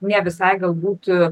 ne visai galbūt